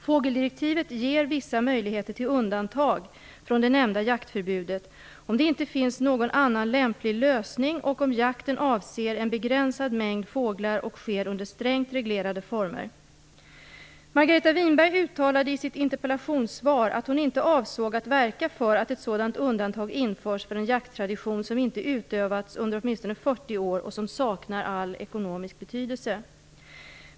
Fågeldirektivet ger vissa möjligheter till undantag från det nämnda jaktförbudet om det inte finns någon annan lämplig lösning och om jakten avser en begränsad mängd fåglar och sker under strängt reglerade former. Margareta Winberg uttalade i sitt interpellationssvar att hon inte avsåg att verka för att ett sådant undantag införs för en jakttradition som inte utövats under åtminstone 40 år och som saknar all ekonomisk betydelse.